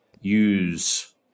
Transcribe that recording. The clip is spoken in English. use